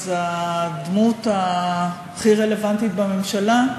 הדמות הכי רלוונטית בממשלה,